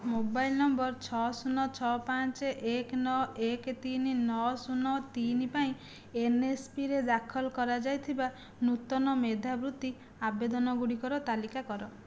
mobile ନମ୍ବର ଛଅ ଶୂନ ଛଅ ପାଞ୍ଚ ଏକ ନଅ ଏକ ତିନି ନଅ ଶୂନ ତିନି ପାଇଁ ଏନ୍ଏସ୍ପିରେ ଦାଖଲ କରାଯାଇଥିବା ନୂତନ ମେଧାବୃତ୍ତି ଆବେଦନ ଗୁଡ଼ିକର ତାଲିକା କର